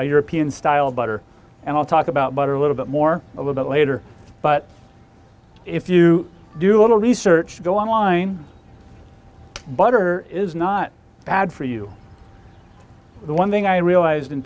a european style butter and i'll talk about butter a little bit more a little bit later but if you do want to research go online butter is not bad for you the one thing i realized in